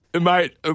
Mate